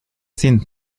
sind